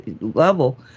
level